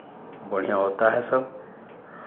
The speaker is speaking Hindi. बढ़ियाँ होता है सब